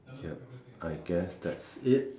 yup I guess that's it